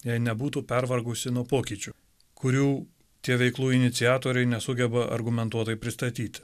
jei nebūtų pervargusi nuo pokyčių kurių tie veiklų iniciatoriai nesugeba argumentuotai pristatyti